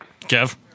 kev